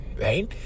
right